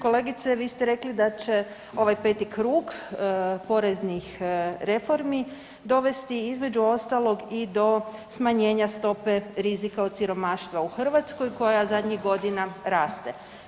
Kolegice vi ste rekli da će ovaj peti krug poreznih reformi dovesti između ostaloga i do smanjena stope rizika od siromaštva u Hrvatskoj koja zadnjih godina raste.